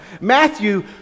Matthew